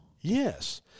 Yes